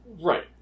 Right